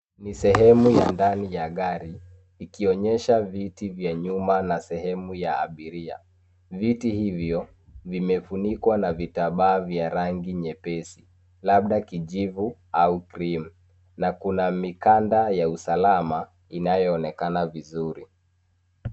Ni sehemu ya ndani ya gari, ikionyesha viti vya nyuma na sehemu ya abiria. Viti hivyo vimefunikwa na vitambaa vya rangi nyepesi, labda kijivu au cream , na kuna mikanda ya usalama inayoonekana vizuri.